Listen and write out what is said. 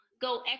go